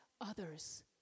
others